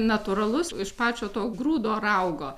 natūralus iš pačio to grūdo raugo